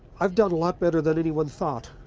i've done a lot better than anyone thought